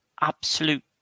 Absolute